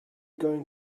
going